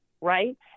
right